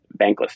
Bankless